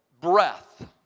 breath